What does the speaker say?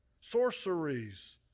sorceries